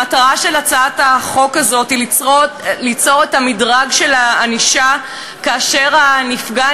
המטרה של הצעת החוק הזאת היא ליצור את המדרג של הענישה כאשר הנפגע,